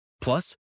Plus